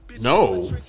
No